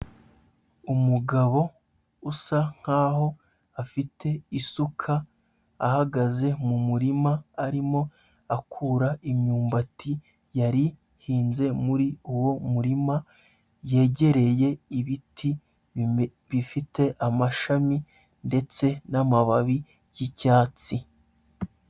Umugabo usa nk'aho afite isuka ahagaze mu murima arimo akura imyumbati yarihinze muri uwo murima, yegereye ibiti bifite amashami ndetse n'amababi y'icyatsi.